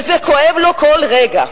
וזה כואב לו כל רגע.